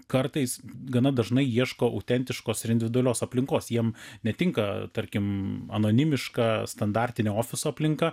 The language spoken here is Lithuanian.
kartais gana dažnai ieško autentiškos ir individualios aplinkos jiem netinka tarkim anonimiška standartinio ofiso aplinka